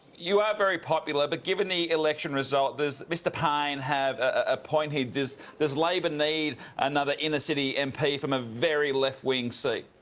you are very popular, but given the election result does mr pyne have a point here? does labor need another inner city mp from a very left-wing seat?